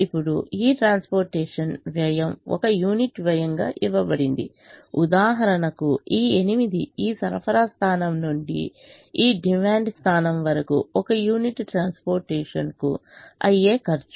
ఇప్పుడు ఈ ట్రాన్స్పోర్టేషన్ వ్యయం ఒక యూనిట్ వ్యయంగా ఇవ్వబడిందిఉదాహరణకు ఈ 8 ఈ సరఫరా స్థానం నుండి డిమాండ్ స్థానం వరకు ఒక యూనిట్ ట్రాన్స్పోర్టేషన్కు అయ్యే ఖర్చు